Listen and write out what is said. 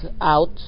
out